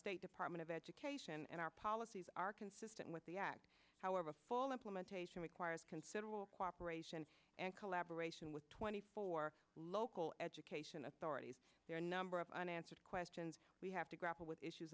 state department of education and our policies are consistent with the act however a full implementation requires considerable cooperation and collaboration with twenty four local education authorities there a number of unanswered questions we have to grapple with issues